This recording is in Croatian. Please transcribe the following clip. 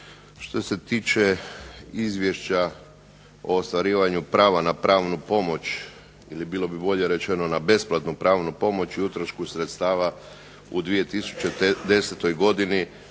Što se tiče izvješća ostvarivanje prava na pravnu pomoć ili bi bolje bilo reći na besplatnu pravnu pomoć i utrošku sredstava u 2010. godini,